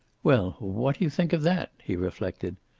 well, what do you think of that? he reflected.